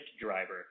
driver